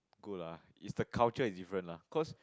good lah is the culture is different lah cause